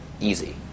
Easy